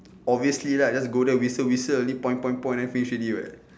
obviously lah just go there whistle whistle only point point point then finish already [what]